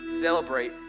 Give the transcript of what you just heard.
Celebrate